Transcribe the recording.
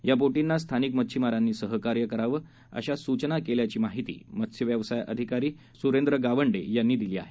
या बोधींमा स्थानिक मच्छिमारांनी सहकार्य करावं अशा सूचना केल्याची माहिती मत्सव्यवसाय अधिकारी सुरेंद्र गावंडे यांनी दिली आहे